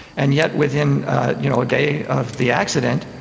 and yet within you know a day of the accident,